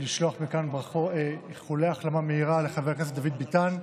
לשלוח מכאן איחולי החלמה מהירה לחבר הכנסת דוד ביטן.